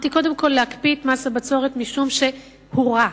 קודם כול, להקפיא את מס הבצורת, משום שהוא רע.